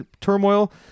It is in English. turmoil